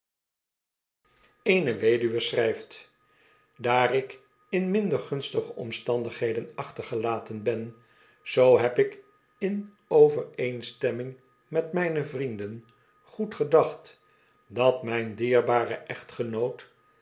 eene weduwe schrijft daar ik in minder gunstige omstandigheden achtergelaten ben zoo heb ik in overeenstemming met mijne vrienden goedgedaeht dat mijn dierbare echtgenoot